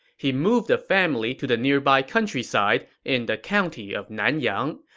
he moved the family to the nearby countryside, in the county of nanyang,